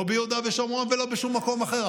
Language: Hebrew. לא ביהודה ושומרון ולא בשום מקום אחר,